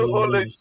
Holy